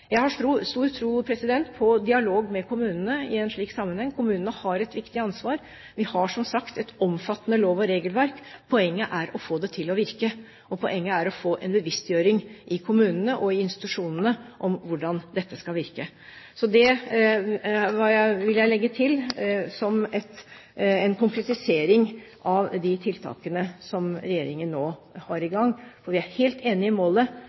Jeg har stor tro på dialog med kommunene i en slik sammenheng. Kommunene har et viktig ansvar. Vi har, som sagt, et omfattende lov- og regelverk. Poenget er å få det til å virke, og poenget er å få en bevisstgjøring i kommunene og i institusjonene om hvordan dette skal virke. Det vil jeg legge til som en konkretisering av de tiltakene som regjeringen nå har satt i gang. For vi er helt enige om målet,